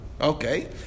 Okay